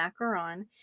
macaron